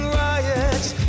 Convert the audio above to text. riots